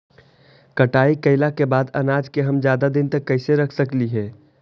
कटाई कैला के बाद अनाज के हम ज्यादा दिन तक कैसे रख सकली हे?